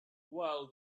while